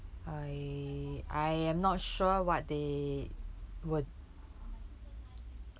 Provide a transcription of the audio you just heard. I I am not sure what they were